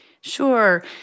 Sure